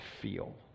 feel